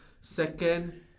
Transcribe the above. second